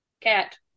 Cat